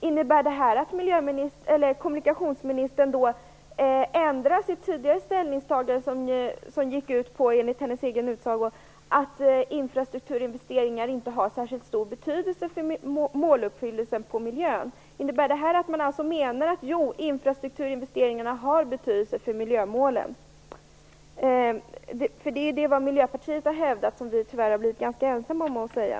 Innebär det att kommunikationsministern ändrar sitt tidigare ställningstagande som enligt hennes egen utsago gick ut på att infrastrukturinvesteringar inte har särskilt stor betydelse för måluppfyllelsen på miljöområdet? Innebär detta att man menar att infrastrukturinvesteringar har betydelse för miljömålen? Det har Miljöpartiet hävdat, och det har vi tyvärr varit ganska ensamma om att säga.